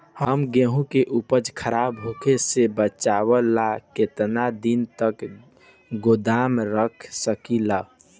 हम गेहूं के उपज खराब होखे से बचाव ला केतना दिन तक गोदाम रख सकी ला?